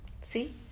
see